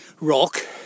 rock